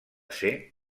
ser